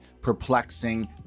perplexing